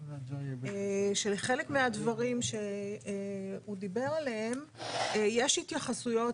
שלחלק מהדברים שהוא דיבר עליהם יש התייחסויות